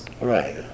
Right